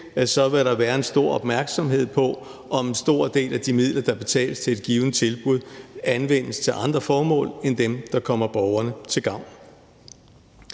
så vil være en stor opmærksomhed på, om en stor del af de midler, der betales til et givent tilbud, anvendes til andre formål end dem, der kommer borgerne til gavn.